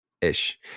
ish